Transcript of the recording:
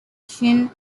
champion